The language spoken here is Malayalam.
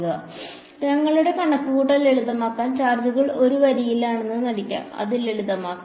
അതിനാൽ ഞങ്ങളുടെ കണക്കുകൂട്ടൽ ലളിതമാക്കാൻ ചാർജുകൾ ഒരു വരിയിലാണെന്ന് നടിക്കാം അത് ലളിതമാക്കാൻ